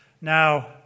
Now